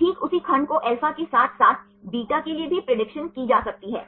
ठीक उसी खंड को alpha के साथ साथ beta के लिए भी प्रेडिक्शन की जा सकती है